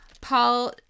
Paul